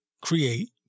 create